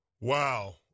Wow